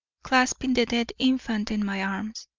clasping the dead infant in my arms.